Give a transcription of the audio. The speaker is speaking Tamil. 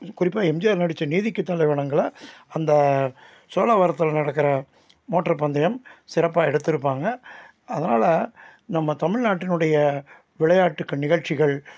குறிப்பாக எம்ஜிஆர் நடித்த நீதிக்கு தலைவணங்கில் அந்த சோழாவரத்தில் நடக்கிற மோட்ரு பந்தயம் சிறப்பாக எடுத்துருப்பாங்க அதனால நம்ம தமிழ்நாட்டினுடைய விளையாட்டுக்க நிகழ்ச்சிகள்